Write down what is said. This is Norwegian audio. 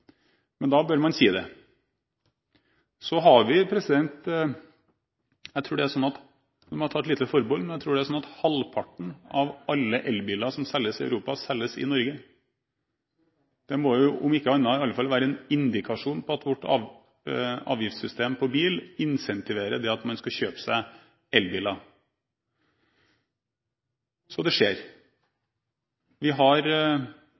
Men da bør man si det. Jeg må ta et lite forbehold, men jeg tror det er slik at halvparten av alle elbiler som selges i Europa, selges i Norge. Det må – om ikke annet – i alle fall være en indikasjon på at vårt avgiftssystem på bil gir incentiver til at man skal kjøpe seg elbil. Så det skjer. Vi har